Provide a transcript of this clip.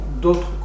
d'autres